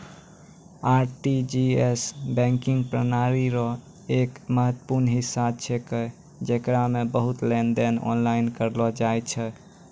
RTGS banking प्रणाली रो एक महत्वपूर्ण हिस्सा छेकै जेकरा मे बहुते लेनदेन आनलाइन करलो जाय छै